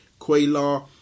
Quayla